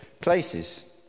places